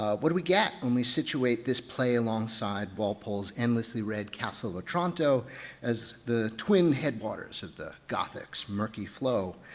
what do we get when we situate this play alongside walpole's endlessly read the castle of otranto as the twin headwaters of the gothic's murky flow.